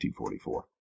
1944